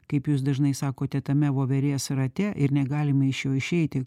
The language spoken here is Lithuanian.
kaip jūs dažnai sakote tame voverės rate ir negalime iš jo išeiti